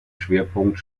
schwerpunkt